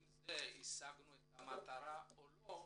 אם השגנו את המטרה או לא,